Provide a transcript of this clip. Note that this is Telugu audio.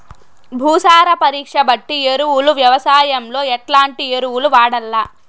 భూసార పరీక్ష బట్టి ఎరువులు వ్యవసాయంలో ఎట్లాంటి ఎరువులు వాడల్ల?